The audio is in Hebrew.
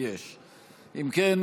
אם כן,